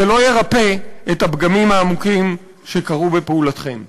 זה לא ירפא את הפגמים העמוקים שקרו בפעולתכם.